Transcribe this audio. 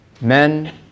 men